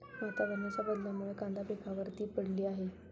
वातावरणाच्या बदलामुळे कांदा पिकावर ती पडली आहे